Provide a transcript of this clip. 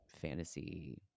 fantasy